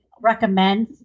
recommend